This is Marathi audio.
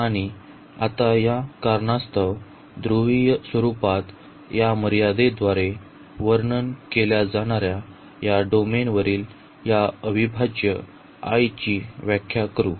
आणि आता या कारणास्तव ध्रुवीय स्वरुपात या मर्यादेद्वारे वर्णन केल्या जाणार्या या डोमेन वरील या अविभाज्य ची व्याख्या करू